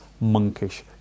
monkish